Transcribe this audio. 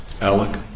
Alec